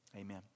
amen